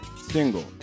single